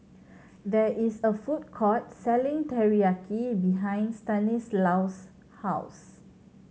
there is a food court selling Teriyaki behind Stanislaus' house